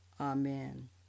Amen